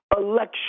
election